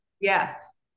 Yes